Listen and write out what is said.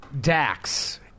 Dax